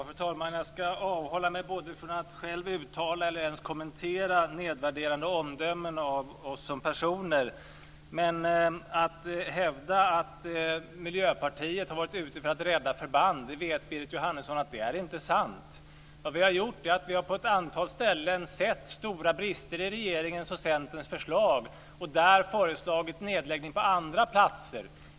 Fru talman! Jag ska avhålla mig från att både själv uttala eller ens kommentera nedvärderande omdömen om oss som personer. Påståendet att Miljöpartiet har varit ute för att rädda förband är inte sant, och det vet Berit Jóhannesson. Vi har på ett antal ställen sett stora brister i regeringens och Centerns förslag och där föreslagit nedläggning på andra platser.